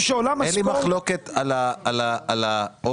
אין לי מחלוקת על האופציות.